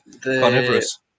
Carnivorous